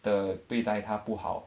地对待她不好